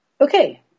okay